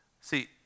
See